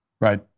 right